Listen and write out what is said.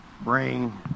bring